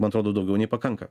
man atrodo daugiau nei pakanka